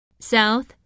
south